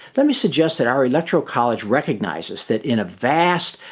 let me suggest that our electoral college recognizes that in a vast,